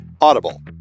audible